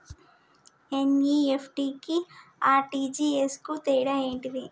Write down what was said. NEFT కి RTGS కు తేడా ఏంటిది?